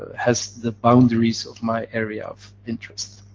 has the boundaries of my area of interest.